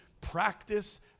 practice